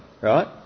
Right